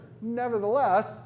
nevertheless